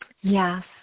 Yes